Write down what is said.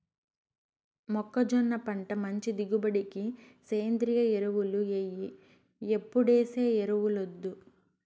మొక్కజొన్న పంట మంచి దిగుబడికి సేంద్రియ ఎరువులు ఎయ్యి ఎప్పుడేసే ఎరువులొద్దు